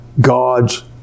God's